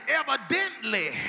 evidently